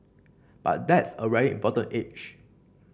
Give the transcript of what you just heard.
but that's a very important age